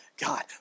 God